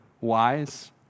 wise